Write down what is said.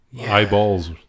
Eyeballs